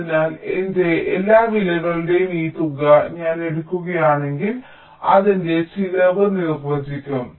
അതിനാൽ എന്റെ എല്ലാ വിലകളുടെയും ഈ തുക ഞാൻ എടുക്കുകയാണെങ്കിൽ അത് എന്റെ ചിലവ് നിർവ്വചിക്കും